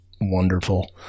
wonderful